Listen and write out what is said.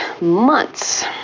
months